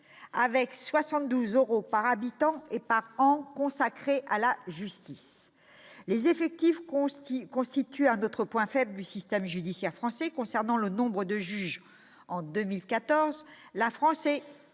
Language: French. avec 72 euros par habitant et par an consacrés à la justice. Les effectifs constituent un autre point faible du système judiciaire français. Concernant le nombre de juges, en 2014, la France est